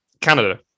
Canada